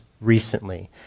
recently